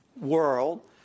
world